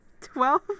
Twelve